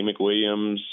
McWilliams